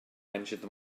mentioned